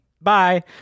bye